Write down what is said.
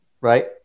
right